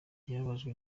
yababajwe